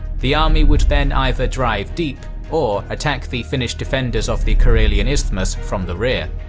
the army would then either drive deep or attack the finnish defenders of the karelian isthmus from the rear.